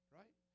right